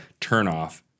turnoff